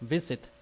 visit